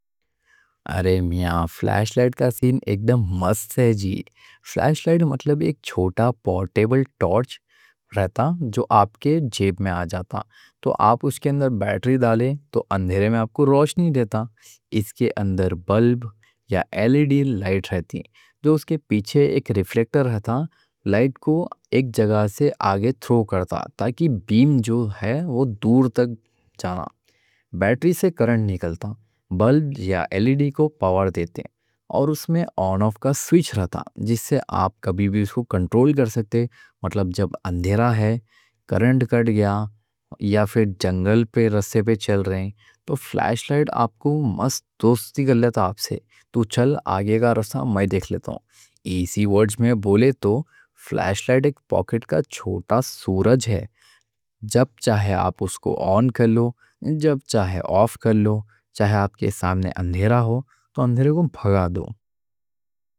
ارے میاں فلیش لائٹ کا سین اکدم مست ہے جی۔ فلیش لائٹ مطلب ایک چھوٹا پورٹیبل ٹارچ رہتا، جو آپ کے جیب میں آ جاتا۔ تو آپ اس کے اندر بیٹری ڈالے تو اندھیرے میں آپ کو روشنی دیتا۔ اس کے اندر بلب یا ایل ای ڈی لائٹ رہتی، جو اس کے پیچھے ایک ریفلیکٹر رہتا، لائٹ کو ایک جگہ سے آگے تھرو کرتا تاکہ بیم جو ہے وہ دور تک جانا۔ بیٹری سے کرنٹ نکلتا، بلب یا ایل ای ڈی کو پاور دیتے، اور اس میں آن آف کا سوئچ رہتا جس سے آپ کبھی بھی اس کو کنٹرول کر سکتے، مطلب جب اندھیرا ہے، کرنٹ کٹ گیا، یا پھر جنگل پہ رستے پہ چل رہے ہیں، تو فلیش لائٹ آپ کو مست دوستی کر لیتا۔ آپ سے تو چل آگے کا رستہ میں دیکھ لیتا ہوں۔ ایسی ورڈز میں بولے تو فلیش لائٹ ایک پاکٹ کا چھوٹا سورج ہے۔ جب چاہے آپ اس کو آن کر لو، جب چاہے آف کر لو۔ چاہے آپ کے سامنے اندھیرا ہو تو اندھیرے کو بھگا دو۔